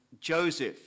joseph